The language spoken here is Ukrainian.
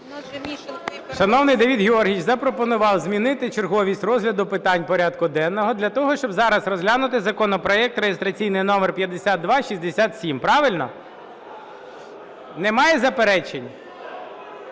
Шановний Давид Георгійович запропонував змінити черговість розгляду питань порядку денного для того, щоб зараз розглянути законопроект (реєстраційний номер 5267). Правильно? Немає заперечень?